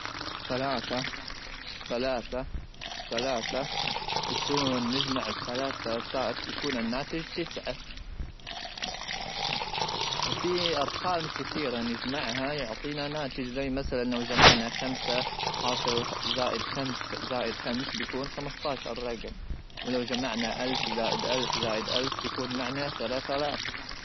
ثلاثه ثلاثه ثلاثه ثلاثه ثلاثه ثلاثه يكون النجمه الثلاثاء يكون الناتج تسعه ,وفي ارقام كثيره نجمعها يعطينا ناتج زي مثلا لو جمعنا خمس +خمس + خمس بيكون خمستاشر رقم, ولو جمعنا الف+ الف + الف بيكون معنا ثلاثه الاف.